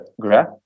graph